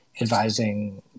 advising